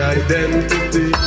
identity